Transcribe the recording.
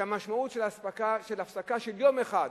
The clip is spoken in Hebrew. המשמעות של הפסקה של יום אחד